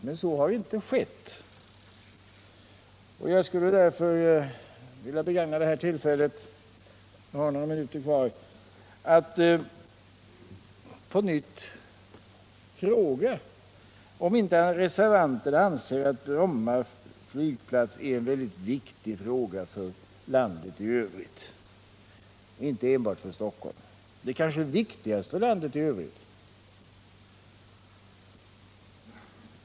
Men så har inte skett, och därför skulle jag vilja begagna detta tillfälle — jag har några minuter kvar — att på nytt fråga, om inte reservanterna anser att frågan om Bromma flygplats är mycket viktig för landet i övrigt och inte enbart för Stockholm. Den är kanske viktigast för landet i övrigt.